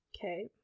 Okay